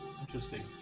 Interesting